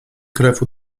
krew